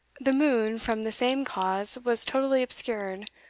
the moon, from the same cause, was totally obscured,